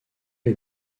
est